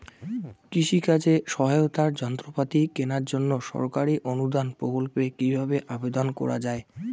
কৃষি কাজে সহায়তার যন্ত্রপাতি কেনার জন্য সরকারি অনুদান প্রকল্পে কীভাবে আবেদন করা য়ায়?